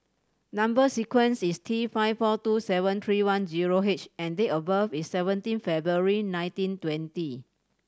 number sequence is T five four two seven three one zero H and date of birth is seventeen February nineteen twenty